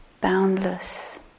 boundless